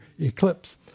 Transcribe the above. eclipse